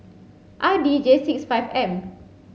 R D J six five M